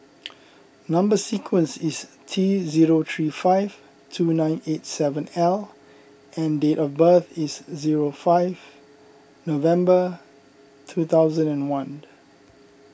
Number Sequence is T zero three five two nine eight seven L and date of birth is zero five November two thousand and one